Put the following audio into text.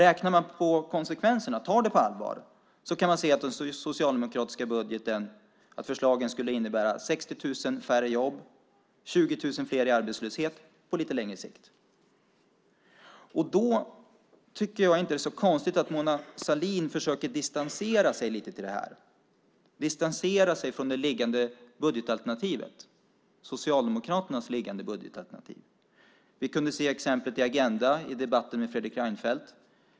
Tar man det på allvar och räknar på konsekvenserna kan man se att förslagen i den socialdemokratiska budgeten skulle innebära 60 000 färre jobb och 20 000 fler i arbetslöshet på lite längre sikt. Jag tycker inte att det är så konstigt att Mona Sahlin försöker att distansera sig lite från Socialdemokraternas liggande budgetalternativ. Det kunde vi se i Agenda i debatten med Fredrik Reinfeldt.